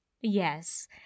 Yes